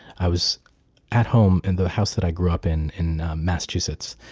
i was at home, in the house that i grew up in in massachusetts,